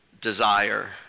desire